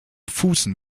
fußen